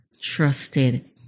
trusted